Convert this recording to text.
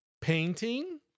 painting